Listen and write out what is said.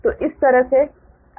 तो इस तरह से आपको बदलना होगा